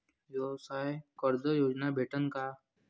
व्यवसाय कर्ज योजना भेटेन का?